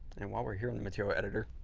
and while we're here on the material editor,